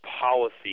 policy